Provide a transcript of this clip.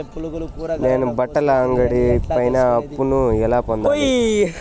నేను బట్టల అంగడి పైన అప్పును ఎలా పొందాలి?